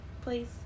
please